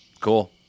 Cool